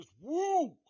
Woo